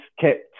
kept